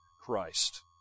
Christ